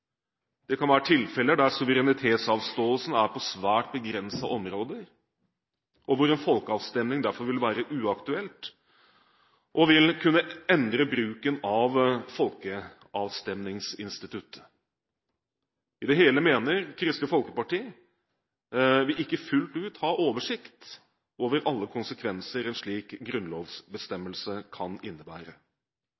Det kan være tilfeller der suverenitetsavståelse er på svært begrensede områder, og hvor en folkeavstemning derfor vil være uaktuelt og vil kunne endre bruken av folkeavstemningsinstituttet. I det hele mener Kristelig Folkeparti vi ikke fullt ut har oversikt over alle konsekvenser en slik